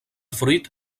fruit